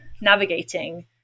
navigating